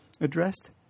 addressed